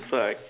it's all right